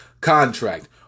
contract